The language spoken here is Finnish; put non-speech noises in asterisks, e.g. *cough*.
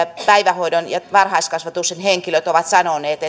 päivähoidon ja varhaiskasvatuksen henkilöt ovat sanoneet *unintelligible*